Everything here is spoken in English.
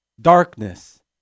darkness